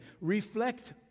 Reflect